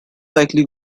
likely